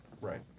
Right